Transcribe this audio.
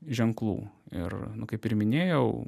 ženklų ir nu kaip ir minėjau